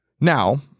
Now